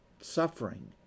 suffering